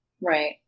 right